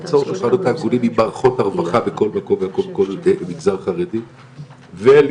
ליצור מערכת עם מערכות הרווחה במגזר חרדי ולמצוא